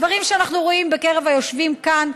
דברים שאנחנו רואים בקרב היושבים כאן,